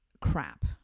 crap